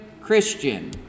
Christian